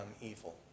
evil